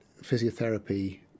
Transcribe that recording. physiotherapy